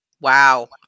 wow